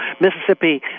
Mississippi